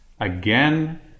again